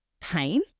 pain